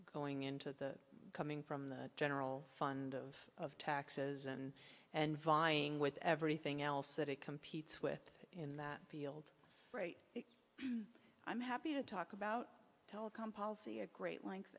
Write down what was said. going into the coming from the general fund of taxes and and vying with everything else that it competes with in that field right i'm happy to talk about telecom policy at great length